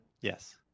Yes